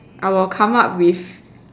I will come up with